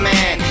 Man